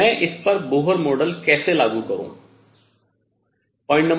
मैं इस पर बोहर मॉडल कैसे लागू करूं